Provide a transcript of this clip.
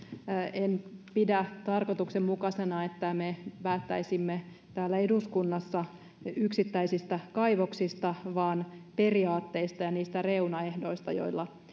en pidä tarkoituksenmukaisena että me päättäisimme täällä eduskunnassa yksittäisistä kaivoksista vaan periaatteista ja niistä reunaehdoista joilla